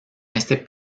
este